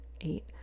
eight